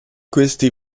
questi